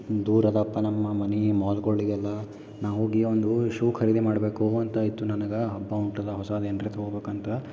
ದೂರದಪ್ಪಾ ನಮ್ಮ ಮನೆ ಮಾಲ್ಗಳಿಗೆಲ್ಲ ನಾವು ಹೋಗಿ ಅವಂದು ಶೂ ಖರೀದಿ ಮಾಡಬೇಕು ಅಂತಾಯಿತ್ತು ನನಗೆ ಹಬ್ಬ ಉಂಟದ ಹೊಸದೆನ್ರೇ ತಗೋಬೇಕಂತ